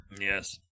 Yes